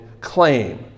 claim